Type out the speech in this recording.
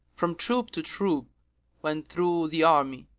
from troop to troop went through the army,